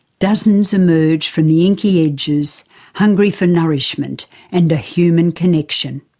dozens emerged from the inky edges hungry for nourishment and a human connection.